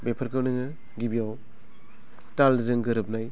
बेफोरखौ नोङो गिबियाव तालजों गोरोबनाय